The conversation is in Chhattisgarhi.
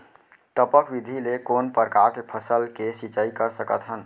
टपक विधि ले कोन परकार के फसल के सिंचाई कर सकत हन?